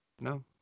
No